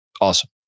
awesome